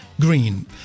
green